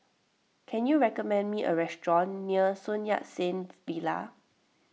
can you recommend me a restaurant near Sun Yat Sen Villa